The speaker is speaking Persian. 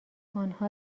آنها